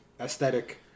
aesthetic